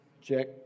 Check